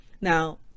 Now